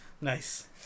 Nice